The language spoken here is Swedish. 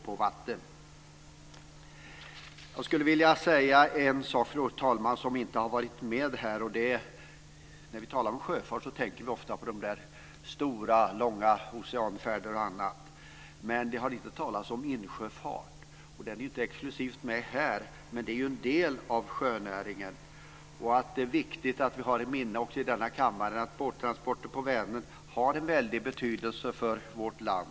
Fru talman! Jag skulle vilja säga en sak som inte har tagits upp här. När vi talar om sjöfart tänker vi ofta på stora och långa båtar för oceanfärder och liknande. Men vi hör inte talas om insjöfart. Den är inte explicit med här, men det är en del av sjönäringen. Det är viktigt att vi också i denna kammare har i minne att båttransporter på Vänern har en väldig betydelse för vårt land.